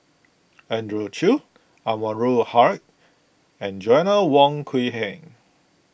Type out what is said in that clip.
Andrew Chew Anwarul Haque and Joanna Wong Quee Heng